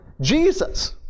Jesus